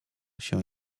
się